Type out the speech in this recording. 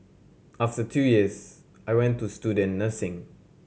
after two years I went to student nursing